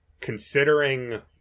considering